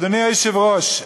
אדוני היושב-ראש,